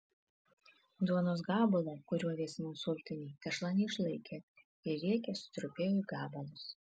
duonos gabalo kuriuo vėsinau sultinį tešla neišlaikė ir riekė sutrupėjo į gabalus